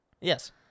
Yes